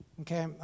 Okay